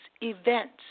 events